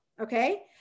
Okay